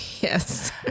Yes